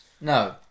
No